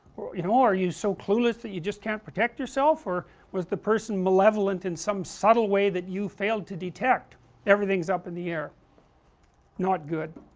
you know are you so clueless that just can't protect yourself or was the person malevolent in some subtle way that you failed to detect everything is up in the air not good,